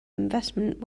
investment